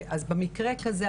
אז במקרה כזה,